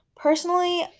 Personally